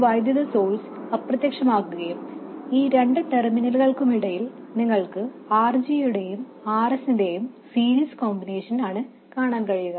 ഈ വൈദ്യുതി സോഴ്സ് അപ്രത്യക്ഷമാവുകയും ഈ രണ്ട് ടെർമിനലുകൾക്കിടയിൽ നിങ്ങൾക്ക് RG യുടെയും Rs യും സീരീസ് കോമ്പിനേഷൻ ആണ് കാണാൻ കഴിയുക